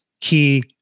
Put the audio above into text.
key